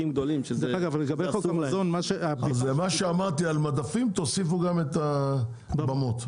מה שאמרתי על מדפים, תוסיפו גם את הבמות.